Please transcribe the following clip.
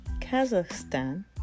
Kazakhstan